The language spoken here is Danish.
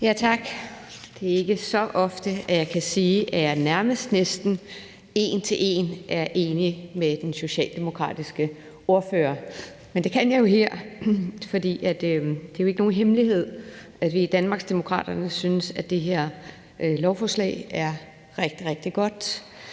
Tak. Det er ikke så ofte, at jeg kan sige, at jeg næsten en til en er enig med den socialdemokratiske ordfører. Men det kan jeg her, for det er jo ikke nogen hemmelighed, at vi i Danmarksdemokraterne synes, at det her lovforslag er rigtig, rigtig godt.